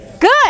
Good